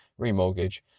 remortgage